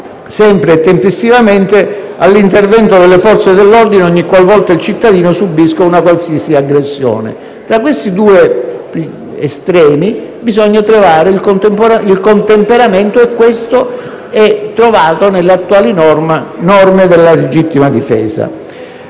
sempre e tempestivamente, all'intervento delle Forze dell'ordine ogniqualvolta il cittadino subisca una qualsiasi aggressione. Tra questi due estremi bisogna trovare un contemperamento, e a questo si perviene con le attuali norme della legittima difesa.